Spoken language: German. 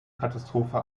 katastrophe